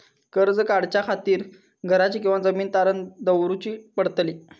कर्ज काढच्या खातीर घराची किंवा जमीन तारण दवरूची पडतली?